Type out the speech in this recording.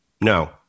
No